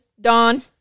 dawn